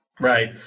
Right